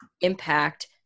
impact